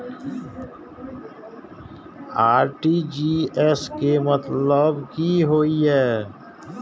RTGS के मतलब की होय ये?